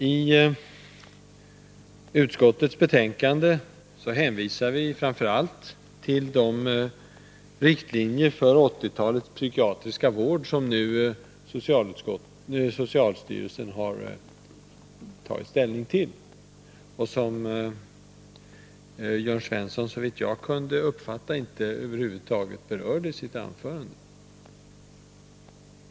I utskottets betänkande hänvisar vi framför allt till de riktlinjer för 1980-talets psykiatriska vård som socialstyrelsen nu har tagit ställning till och som Jörn Svensson, såvitt jag kunde uppfatta, över huvud taget inte berörde i sitt anförande.